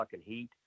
heat